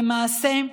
למעשה,